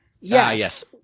Yes